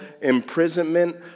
imprisonment